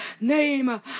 name